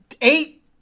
Eight